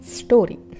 story